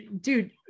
dude